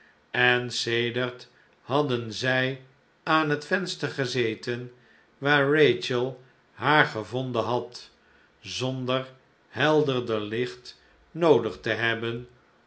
en sedert hadden zij aan het venster gezeten waar rachel haar gevonden had zonder helderder licht noodig te hebben